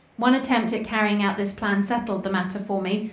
one attempt at carrying out this plan settled the matter for me.